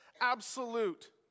absolute